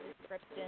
description